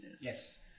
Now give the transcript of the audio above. Yes